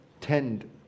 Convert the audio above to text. Tend